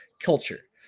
culture